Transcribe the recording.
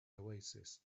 oasis